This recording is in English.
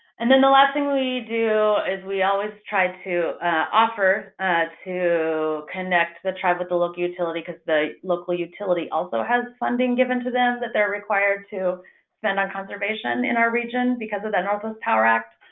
and then the last thing we do is we always try to offer to connect the tribe with the local utility because the local utility also has funding given to them that they're required to spend on conservation in our region, because of that northwest power act.